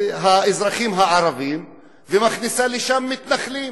מהאזרחים הערבים ומכניסה לשם מתנחלים,